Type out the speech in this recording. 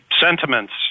sentiments